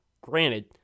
granted